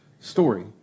story